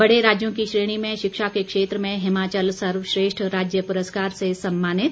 बड़े राज्यों की श्रेणी में शिक्षा के क्षेत्र में हिमाचल सर्वश्रेष्ठ राज्य पुरस्कार से सम्मानित